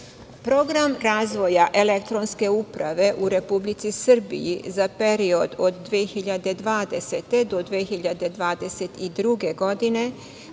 sredine. Program razvoja elektronske uprave u Republici Srbiji za period od 2020. do 2022. godine,